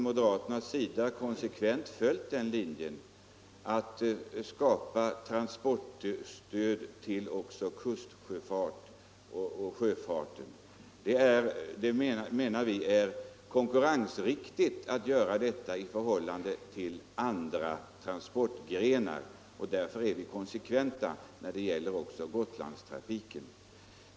Moderaterna har alltid följt linjen att transportstöd bör ges också till kustsjöfarten. Vi anser att det är riktigt att göra det med hänsyn till konkurrensen från andra transportgrenar. Följaktligen är vi konsekventa när det gäller stödet till Gotlandstrafiken.